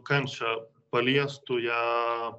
kančią paliestų ją